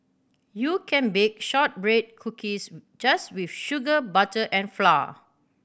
you can bake shortbread cookies just with sugar butter and flour